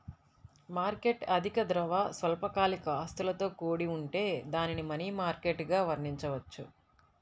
market అధిక ద్రవ, స్వల్పకాలిక ఆస్తులతో కూడి ఉంటే దానిని మనీ మార్కెట్గా వర్ణించవచ్చు